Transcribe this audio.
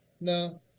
no